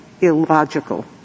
illogical